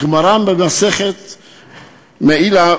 הגמרא במסכת מעילה,